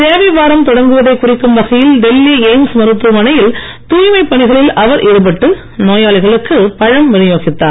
சேவை வாரம் தொடங்குவதைக் குறிக்கும் வகையில் டெல்லி எய்ம்ஸ் மருத்துவமனையில் தூய்மைப் பணிகளில் அவர் ஈடுபட்டு நோயாளிகளுக்கு பழம் விநியோகித்தார்